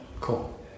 Cool